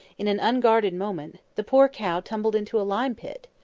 in an unguarded moment, the poor cow tumbled into a lime-pit.